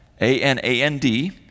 A-N-A-N-D